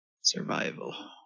Survival